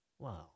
Wow